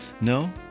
No